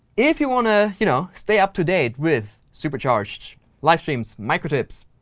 if you want to you know stay up to date with supercharged live streams, microtips,